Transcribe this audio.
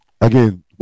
Again